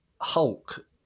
hulk